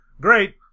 great